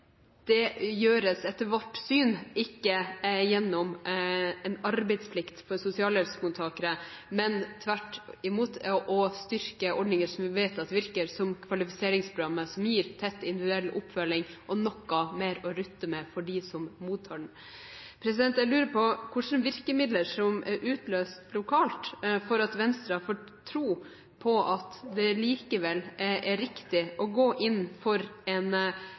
det gjøres etter vårt syn ikke gjennom en arbeidsplikt for sosialhjelpsmottakere, men tvert imot ved å styrke ordninger som vi vet virker, som kvalifiseringsprogrammet, som gir tett, individuell oppfølging og noe mer å rutte med for dem som deltar i det. Jeg lurer på hvilke virkemidler som er utløst lokalt, som gjør at Venstre har fått tro på at det likevel er riktig å gå inn for en